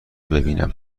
ببینم